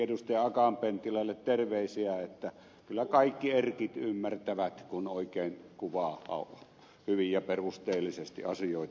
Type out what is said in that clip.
akaan penttilälle terveisiä että kyllä kaikki erkit ymmärtävät kun oikein kuvaa hyvin ja perusteellisesti asioita